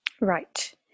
Right